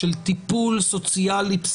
תגידו שזה חומר פריפריאלי שהוא לא